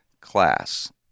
Class